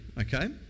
okay